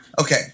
Okay